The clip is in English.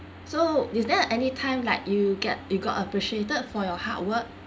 so is there any time like you get you got appreciated for your hard work